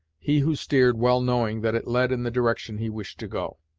he who steered well knowing that it led in the direction he wished to go.